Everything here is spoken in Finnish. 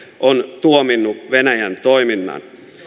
on tuominnut venäjän toiminnan